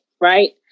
right